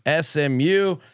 SMU